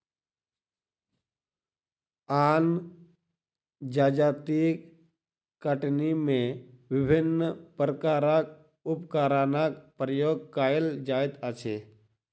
आन जजातिक कटनी मे विभिन्न प्रकारक उपकरणक प्रयोग कएल जाइत अछि